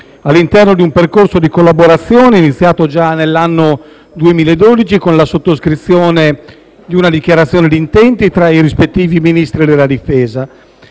all'interno di un percorso di collaborazione iniziato nel 2012, con la sottoscrizione di una dichiarazione di intenti tra i rispettivi Ministri della difesa,